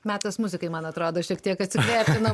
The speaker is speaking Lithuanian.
metas muzikai man atrodo šiek tiek atsiliek nuo